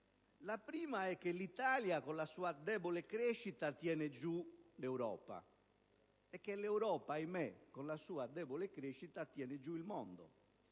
Il primo è che l'Italia, con la sua debole crescita, tiene giù l'Europa e che l'Europa, ahimè, con la sua debole crescita tiene giù il mondo.